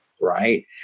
Right